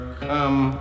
come